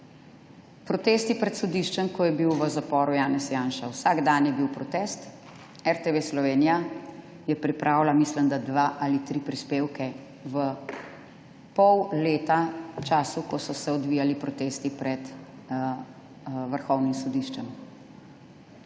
Protesti pred sodiščem, ko je bil v zaporu Janez Janša. Vsak dan je bil protest, RTV Slovenija je pripravila, mislim, da dva ali tri prispevke v času pol leta, ko so se odvijali protesti pred Vrhovnim sodiščem.